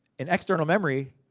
an external memory,